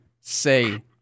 say